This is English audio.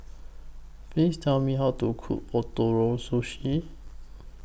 Please Tell Me How to Cook Ootoro Sushi